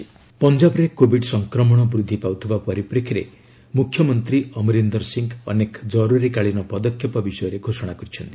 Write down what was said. Covid states ପଞ୍ଜାବରେ covid ସଂକ୍ରମଣ ବୃଦ୍ଧି ପାଉଥିବା ପରିପ୍ରେକ୍ଷୀରେ ମୁଖ୍ୟମନ୍ତ୍ରୀ ଅମରିନ୍ଦର ସିଂହ ଅନେକ ଜରୁରୀକାଳୀନ ପଦକ୍ଷେପ ବିଷୟରେ ଘୋଷଣା କରିଛନ୍ତି